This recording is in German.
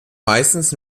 meistens